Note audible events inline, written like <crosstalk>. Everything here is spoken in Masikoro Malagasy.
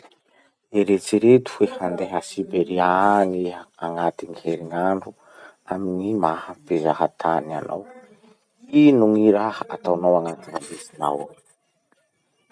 Eritsereto hoe handhe a Siberie agny iha agnatin'ny herinandro amy gny maha mpizaha tany anao. <noise> Ino gny raha ataonao agnaty valizinao ao?